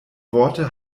worte